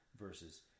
verses